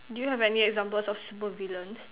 do you have any examples of super villain